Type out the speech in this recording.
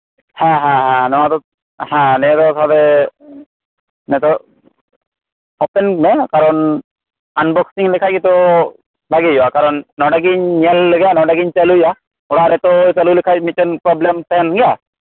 ᱦᱮᱸ ᱦᱮᱸ ᱱᱚᱶᱟ ᱫᱚ ᱦᱮᱸ ᱱᱤᱭᱟᱹ ᱫᱚ ᱛᱟᱦᱚᱞᱮ ᱱᱮᱛᱚᱜ ᱳᱯᱮᱱ ᱢᱮ ᱠᱟᱨᱚᱱ ᱟᱱᱵᱚᱠᱥᱤᱝ ᱞᱮᱠᱷᱟᱱ ᱜᱮᱛᱚ ᱵᱷᱟᱜᱮ ᱦᱳᱭᱳᱜᱼᱟ ᱠᱟᱨᱚᱱ ᱱᱚᱰᱮ ᱜᱤᱧ ᱧᱮᱞ ᱞᱮᱫ ᱜᱟᱭᱟ ᱱᱚᱰᱮ ᱜᱤᱧ ᱪᱟᱹᱞᱩᱭᱟ ᱚᱲᱟᱜ ᱨᱮᱛᱚ ᱪᱟᱹᱞᱩ ᱞᱮᱠᱷᱟᱱ ᱢᱤᱫᱴᱮᱱ ᱯᱨᱚᱵᱽᱞᱮᱢ ᱛᱟᱦᱮᱱ ᱜᱮᱭᱟ